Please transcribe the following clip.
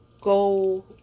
go